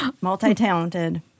multi-talented